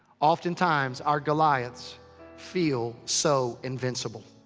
oftentimes, our goliaths feel so invincible.